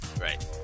Right